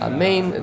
Amen